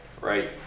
right